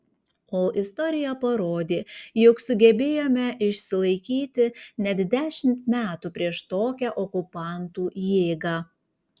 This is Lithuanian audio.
o istorija parodė jog sugebėjome išsilaikyti net dešimt metų prieš tokią okupantų jėgą